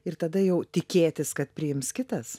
ir tada jau tikėtis kad priims kitas